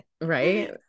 Right